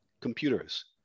computers